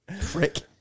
Frick